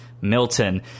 Milton